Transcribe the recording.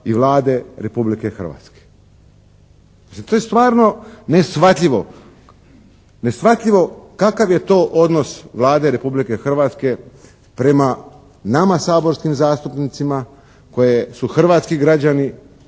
i Vlade Republike Hrvatske. Mislim to je stvarno neshvatljivo kakav je to odnos Vlade Republike Hrvatske prema nama saborskim zastupnicima koje su hrvatski građani